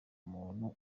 umuntu